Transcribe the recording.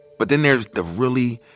but then there's the really,